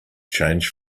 change